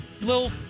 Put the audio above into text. little